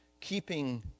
keeping